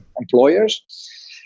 employers